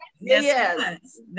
Yes